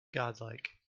godlike